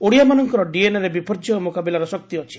ଓଡିଆମାନଙ୍କ ଡିଏନ୍ଏରେ ବିପର୍ଯ୍ୟୟ ମୁକାବିଲାର ଶକ୍ତି ଅଛି